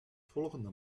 volgende